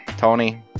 Tony